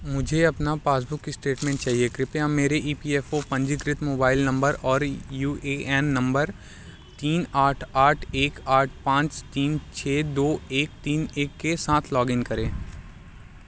मुझे अपना passbook statement चाहिए कृपया मेरे ई पी एफ़ ओ पंजीकृत मोबाइल नम्बर और यू ए एन नम्बर तीन आठ आठ एक आठ पाँच तीन छः दो एक तीन एक के साथ लॉगिन करें